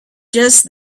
just